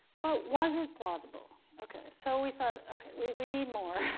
but was it plausible? ok. so we thought, ok, we we need more.